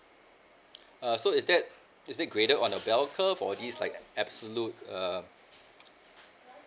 uh so is that is that graded on a bell curve or this like an absolute uh